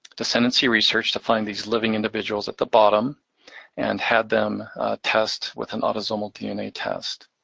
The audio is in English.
descendancy research to find these living individuals at the bottom and had them test with an autosomal dna test.